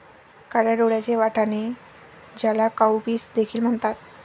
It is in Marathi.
काळ्या डोळ्यांचे वाटाणे, ज्याला काउपीस देखील म्हणतात